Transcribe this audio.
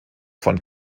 von